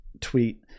tweet